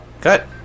Cut